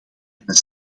een